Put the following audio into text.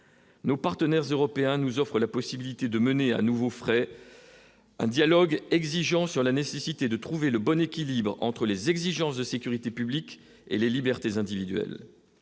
Nos partenaires européens nous offre la possibilité de mener à nouveaux frais. Un dialogue exigeant sur la nécessité de trouver le bon équilibre entre les exigences de sécurité publique et les libertés individuelles,